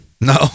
No